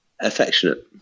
affectionate